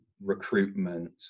recruitment